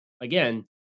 again